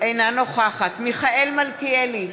אינה נוכחת מיכאל מלכיאלי,